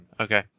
okay